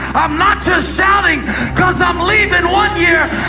i'm not just shouting because i'm leaving one year.